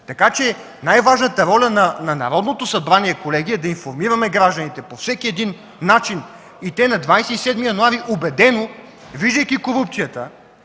сметка. Най-важната роля на Народното събрание, колеги, е да информираме гражданите по всеки един начин и те на 27 януари 2013 г. убедено, виждайки корупцията,